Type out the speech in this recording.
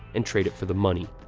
and trade it for the money.